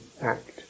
act